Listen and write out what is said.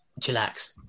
chillax